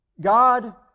God